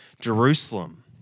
Jerusalem